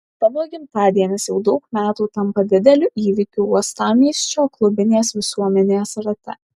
tavo gimtadienis jau daug metų tampa dideliu įvykiu uostamiesčio klubinės visuomenės rate